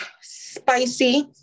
spicy